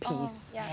peace